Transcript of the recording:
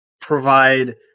provide